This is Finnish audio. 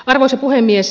arvoisa puhemies